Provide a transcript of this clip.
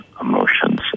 emotions